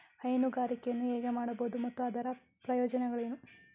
ಹೈನುಗಾರಿಕೆಯನ್ನು ಹೇಗೆ ಮಾಡಬಹುದು ಮತ್ತು ಅದರ ಪ್ರಯೋಜನಗಳೇನು?